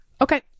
okay